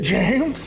James